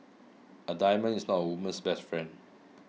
a diamond is not a woman's best friend